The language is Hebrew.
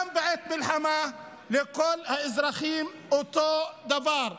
גם בעת מלחמה, לכל האזרחים אותו דבר.